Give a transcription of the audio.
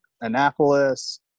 annapolis